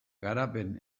garapen